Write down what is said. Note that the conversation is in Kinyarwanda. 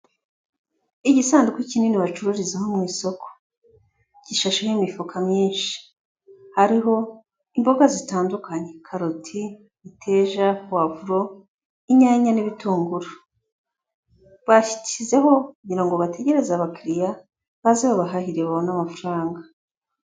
Igisanduku kinini bacururizaho mu isoko, gishasheho imifuka myinshi, hariho imboga zitandukanye: karoti, imiteja, puwavuro, inyanya n'ibitunguru, bagishyizeho kugira ngo bategereze abakiriya baze babahahire babone amafaranga.